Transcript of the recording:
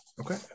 okay